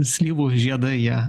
slyvų žiedai jie